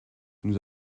nous